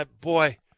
Boy